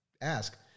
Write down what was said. ask